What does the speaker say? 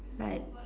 like